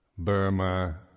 Burma